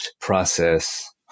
process